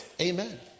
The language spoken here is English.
Amen